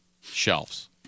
shelves